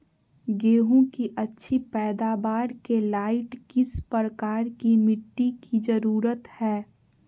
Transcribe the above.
गेंहू की अच्छी पैदाबार के लाइट किस प्रकार की मिटटी की जरुरत है?